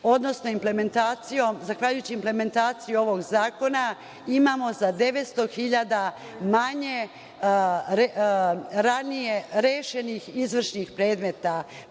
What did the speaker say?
odnosno zahvaljujući implementaciji ovog Zakona, imamo za 900.000 manje ranije rešenih izvršnih predmeta.